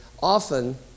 Often